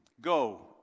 Go